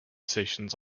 stations